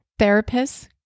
therapists